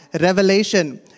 revelation